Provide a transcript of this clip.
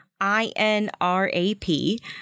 I-N-R-A-P